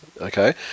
okay